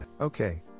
Okay